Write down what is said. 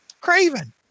Craven